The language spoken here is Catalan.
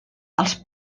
els